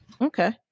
Okay